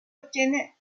ottiene